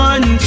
One